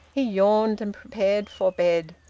he yawned, and prepared for bed.